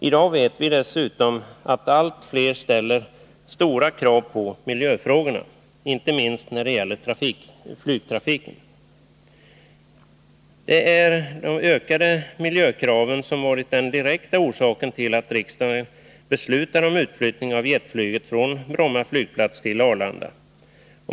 I dag vet vi dessutom att allt fler ställer stora krav på miljöförhållandena — inte minst när det gäller flygtrafik. Det är de ökade miljökraven som varit den direkta orsaken till att riksdagen beslutat om utflyttning av jetflyget från Bromma flygplats till Arlanda.